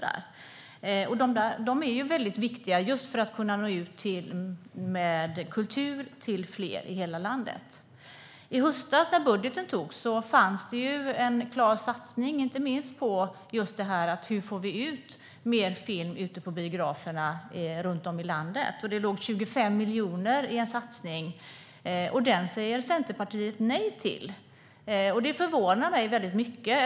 De är mycket viktiga just för att kunna nå ut med kultur till fler i hela landet. I höstas, när budgeten antogs, fanns det en klar satsning inte minst på att få ut mer film till biograferna runt om i landet. Det låg 25 miljoner i en satsning. Men den säger Centerpartiet nej till. Det förvånar mig mycket.